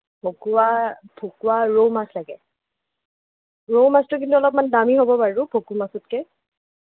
ভকুৱা ভকুৱা ৰৌ মাছ লাগে ৰৌমাছটো কিন্তু অলপমান দামী হ'ব বাৰু ভকুৱা মাছতকৈ